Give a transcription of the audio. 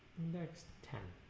next ten